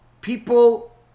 people